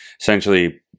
essentially